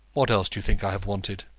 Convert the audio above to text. what else do you think i have wanted?